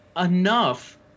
enough